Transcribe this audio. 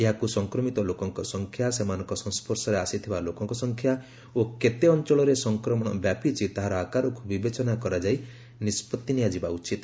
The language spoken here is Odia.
ଏହାକୁ ସଂକ୍ରମିତ ଲୋକଙ୍କ ସଂଖ୍ୟା ସେମାନଙ୍କ ସଂସ୍ୱର୍ଶରେ ଆସିଥିବା ଲୋକଙ୍କ ସଂଖ୍ୟା ଓ କେତେ ଅଞ୍ଚଳରେ ସଂକ୍ରମଣ ବ୍ୟାପିଛି ତାହାର ଆକାରକୁ ବିବେଚନା କରାଯାଇ ନିଷ୍କଭି ନିଆଯିବା ଉଚିତ୍